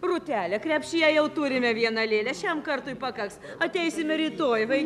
rūtele krepšyje jau turime vieną lėlę šiam kartui pakaks ateisime rytoj